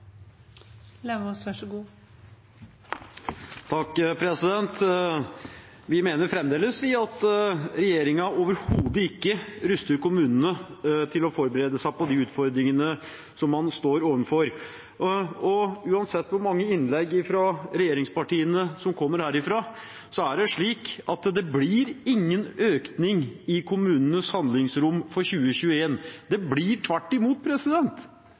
Vi mener fremdeles at regjeringen overhodet ikke ruster kommunene til å forberede seg på de utfordringene som man står overfor, og uansett hvor mange innlegg fra regjeringspartiene som kommer herfra, er det slik at det blir ingen økning i kommunenes handlingsrom for 2021. Det blir tvert imot.